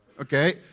Okay